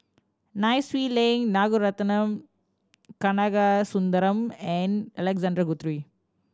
Nai Swee Leng Ragunathar Kanagasuntheram and Alexander Guthrie